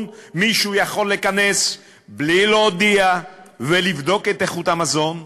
מישהו יכול להיכנס בלי להודיע ולבדוק את איכות המזון,